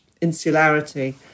insularity